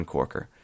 Corker